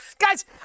Guys